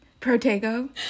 Protego